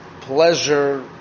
pleasure